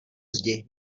zdi